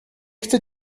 chcę